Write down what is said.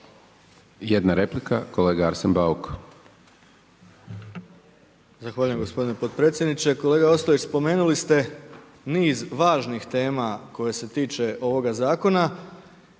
Jedna replika. Kolega Arsen Bauk.